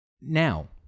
Now